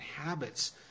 habits